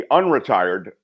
unretired